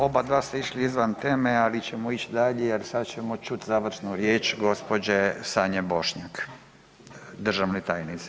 Oba dva ste išli izvan teme, ali ćemo ići dalje jer sad ćemo čuti završnu riječ gospođe Sanje Bošnjak, državne tajnice.